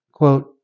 Quote